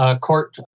Court